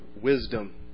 wisdom